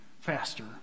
faster